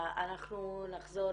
אנחנו נחזור,